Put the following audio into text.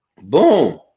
Boom